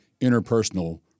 interpersonal